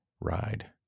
ride